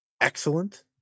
excellent